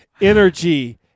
Energy